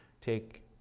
take